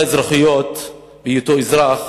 וזכויותיו האזרחיות בהיותו אזרח